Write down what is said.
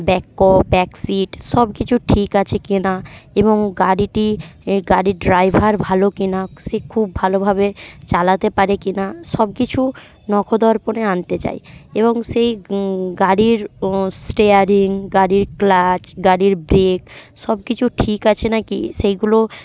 back seat সব কিছু ঠিক আছে কি না এবং গাড়িটি এই গাড়ির ড্রাইভার ভালো কি না সে খুব ভালোভাবে চালাতে পারে কি না সব কিছু নখদর্পণে আনতে চাই এবং সেই গাড়ির স্টিয়ারিং গাড়ির ক্লাচ গাড়ির ব্রেক সব কিছু ঠিক আছে না কি সেগুলোও